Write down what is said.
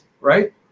right